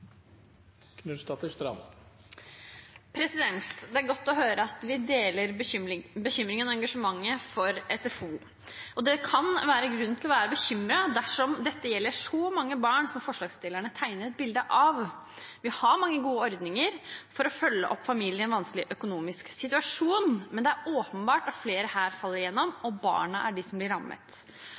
engasjementet for SFO. Det kan være grunn til å være bekymret dersom dette gjelder så mange barn som forslagsstillerne tegner et bilde av. Vi har mange gode ordninger for å følge opp familier som er i en vanskelig økonomisk situasjon, men det er åpenbart at flere her faller igjennom, og barna er dem som blir rammet.